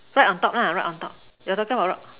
right on top lah right on top you just come alone